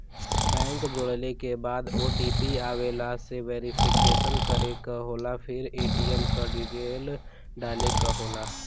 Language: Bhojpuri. बैंक जोड़ले के बाद ओ.टी.पी आवेला से वेरिफिकेशन करे क होला फिर ए.टी.एम क डिटेल डाले क होला